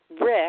Rick